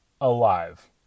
alive